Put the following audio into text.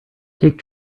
take